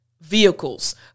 vehicles